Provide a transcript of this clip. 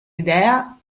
idea